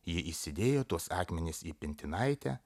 ji įsidėjo tuos akmenis į pintinaitę